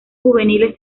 juveniles